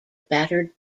battered